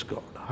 God